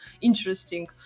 interesting